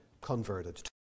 converted